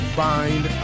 bind